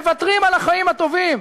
מוותרים על החיים הטובים.